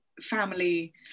Family